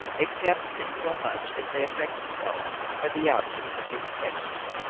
except in so much as they affect himself or the object of his affections.